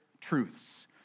truths